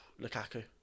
Lukaku